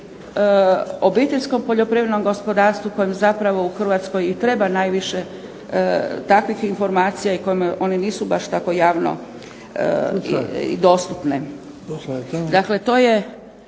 obiteljskom poljoprivrednom gospodarstvu kojem zapravo u Hrvatskoj i treba najviše takvih informacija i koje one baš i nisu tako javno i dostupne.